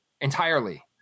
Entirely